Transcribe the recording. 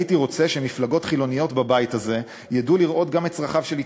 הייתי רוצה שמפלגות חילוניות בבית הזה ידעו לראות גם את צרכיו של יצחק,